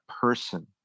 person